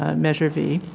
ah measure b.